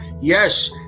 yes